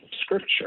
Scripture